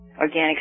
organic